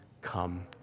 come